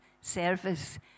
service